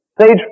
Stage